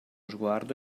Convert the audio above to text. sguardo